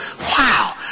wow